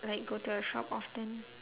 like go to your shop often